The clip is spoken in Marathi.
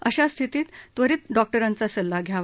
अशा स्थितीत त्वरित डॉक्टरांचा सल्ला घ्यावा